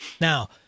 Now